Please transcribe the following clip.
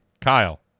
Kyle